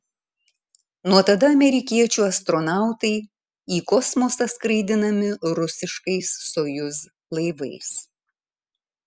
nuo tada amerikiečių astronautai į kosmosą skraidinami rusiškais sojuz laivais